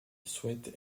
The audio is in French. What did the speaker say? souhaite